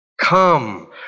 Come